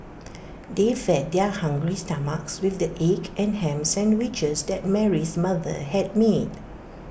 they fed their hungry stomachs with the egg and Ham Sandwiches that Mary's mother had made